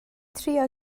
trio